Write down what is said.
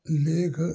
ਲੇਖ